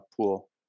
pool